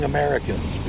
Americans